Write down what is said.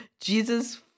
Jesus